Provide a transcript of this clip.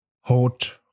hot